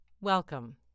Welcome